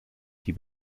die